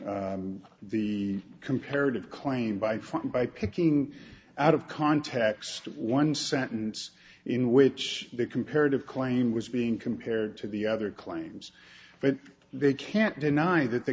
the comparative claim by front by picking out of context one sentence in which the comparative claim was being compared to the other claims but they can't deny that the